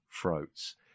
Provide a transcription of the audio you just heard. throats